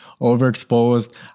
overexposed